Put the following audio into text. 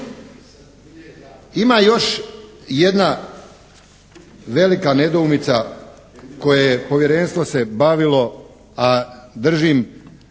Ima još jedna velika nedoumica koje povjerenstvo se bavilo a držim